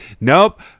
Nope